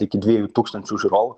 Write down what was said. iki dviejų tūkstančių žiūrovų